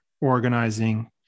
organizing